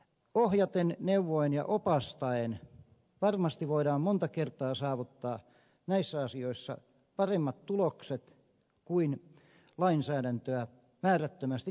ohjaten neuvoen ja opastaen varmasti voidaan monta kertaa saavuttaa näissä asioissa paremmat tulokset kuin lainsäädäntöä määrättömästi tiukentamalla